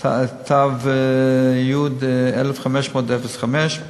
ת"י 1505,